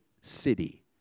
city